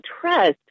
trust